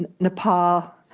and nepal.